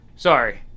Sorry